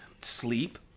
sleep